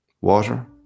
Water